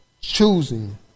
choosing